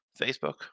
Facebook